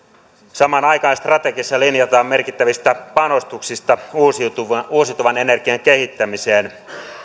samaan aikaan strategiassa linjataan merkittävistä panostuksista uusiutuvan uusiutuvan energian kehittämiseen